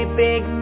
big